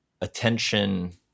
attention